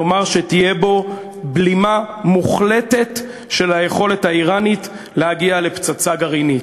כלומר שתהיה בו בלימה מוחלטת של היכולת האיראנית להגיע לפצצה גרעינית.